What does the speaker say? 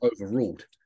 overruled